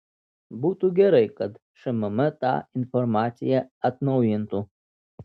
būtų gerai kad šmm tą informaciją atnaujintų